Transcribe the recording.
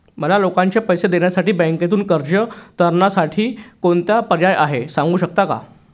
मला लोकांचे पैसे देण्यासाठी बँकेतून कर्ज तारणसाठी कोणता पर्याय आहे? सांगू शकता का?